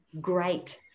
great